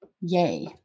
yay